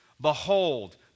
Behold